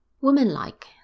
Womanlike